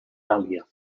gàl·lia